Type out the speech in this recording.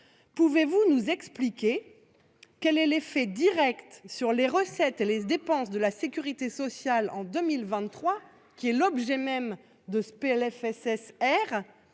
Pouvez-vous nous expliquer quel sera l'effet direct sur les recettes et les dépenses de la sécurité sociale en 2023, qui sont l'objet même de ce PLFRSS,